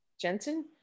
jensen